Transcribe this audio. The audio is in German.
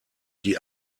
die